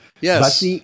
Yes